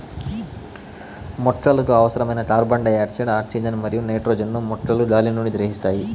మొక్కలకు అవసరమైన carbon dioxide, oxygen మరియు నైట్రోజన్ ను మొక్కలు గాలి నుండి గ్రహిస్తాయి